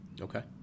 Okay